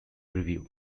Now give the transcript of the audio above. review